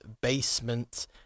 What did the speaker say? basement